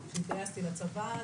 כשהתגייסתי לצבא,